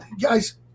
guys